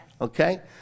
okay